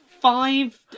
five